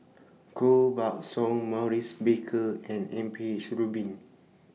Koh Buck Song Maurice Baker and M P H Rubin